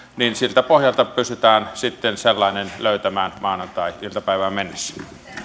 pystytään sitten sellainen löytämään maanantai iltapäivään mennessä